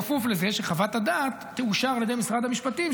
בכפוף לזה שחוות הדעת תאושר על ידי משרד המשפטים,